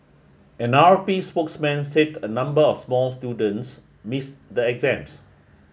an R P spokesman said a number of small students miss the exams